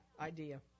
idea